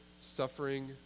suffering